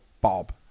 bob